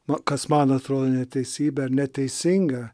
va kas man atrodo neteisybė ar neteisinga